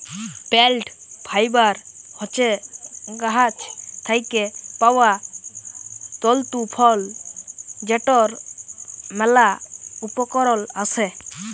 plant fibre হছে গাহাচ থ্যাইকে পাউয়া তল্তু ফল যেটর ম্যালা উপকরল আসে